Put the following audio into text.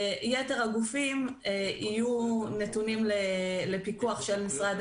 יתר הגופים יהיו נתונים לפיקוח של משרד